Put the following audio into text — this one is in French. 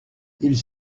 ils